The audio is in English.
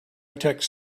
tech